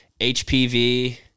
HPV